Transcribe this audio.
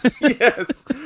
Yes